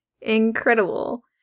Incredible